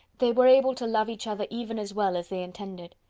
they were able to love each other even as well as they intended.